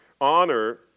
honor